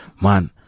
Man